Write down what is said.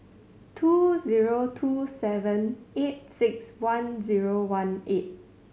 two zero two seven eight six one zero one eight